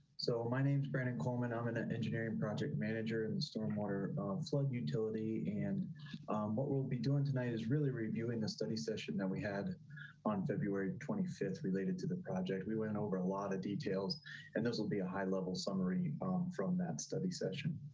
so my name is brandon coleman, i'm and an engineering project manager and and stormwater flood utility and brandon coleman what we'll be doing tonight is really reviewing the study session that we had on february twenty five related to the project. we went over a lot of details and those will be a high level summary um from that study session.